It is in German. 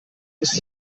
ist